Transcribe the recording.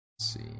see